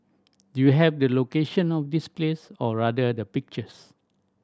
do you have the location of this place or rather the pictures